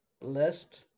list